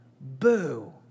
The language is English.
boo